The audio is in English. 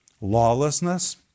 lawlessness